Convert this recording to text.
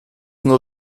nur